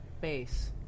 base